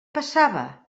passava